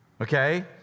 okay